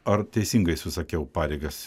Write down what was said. ar teisingai susakiau pareigas